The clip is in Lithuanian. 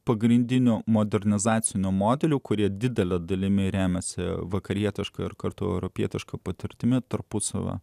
pagrindinių modernizacijos modelių kurie didele dalimi remiasi vakarietiška ir kartu europietiška patirtimi tarpusavio